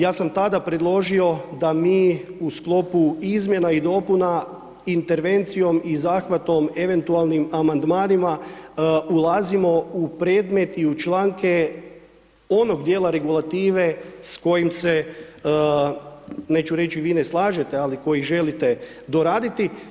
Ja sam tada predložio da mi u sklopu izmjena i dopuna intervencijom i zahvatom eventualnim amandmanima ulazimo u predmet i u članke onog dijela regulative s kojim se, neću reći, svi ne slažete, ali koji želite doraditi.